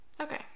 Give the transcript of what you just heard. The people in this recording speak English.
Okay